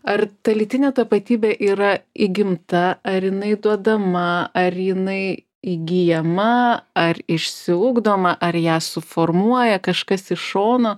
ar ta lytinė tapatybė yra įgimta ar jinai duodama ar jinai įgyjama ar išsiugdoma ar ją suformuoja kažkas iš šono